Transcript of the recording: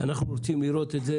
אנחנו רוצים לראות את זה